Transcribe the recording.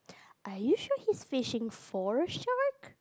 are you sure he's fishing four shark